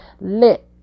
lit